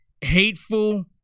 hateful